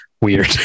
weird